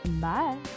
Bye